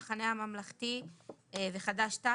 המחנה הממלכתי וחד"ש-תע"ל,